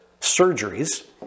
surgeries